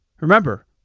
Remember